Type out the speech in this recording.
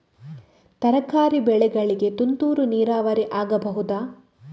ತರಕಾರಿ ಬೆಳೆಗಳಿಗೆ ತುಂತುರು ನೀರಾವರಿ ಆಗಬಹುದಾ?